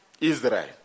Israel